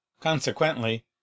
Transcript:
consequently